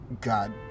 god